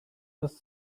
was